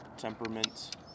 temperament